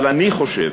אבל אני חושב